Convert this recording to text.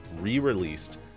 re-released